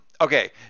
Okay